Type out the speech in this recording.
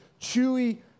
chewy